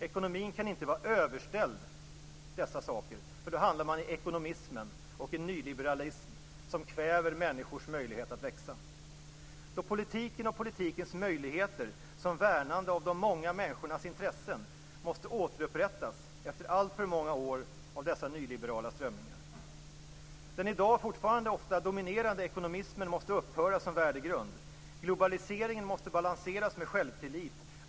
Ekonomin kan inte vara överställd dessa saker, för då hamnar man i ekonomismen och i en nyliberalism som kväver människors möjligheter att växa. Politiken och politikens möjligheter som värnande av de många människornas intressen måste återupprättas efter alltför många år av dessa nyliberala strömningar. Den i dag fortfarande ofta dominerande ekonomismen måste upphöra som värdegrund. Globaliseringen måste balanseras med självtillit.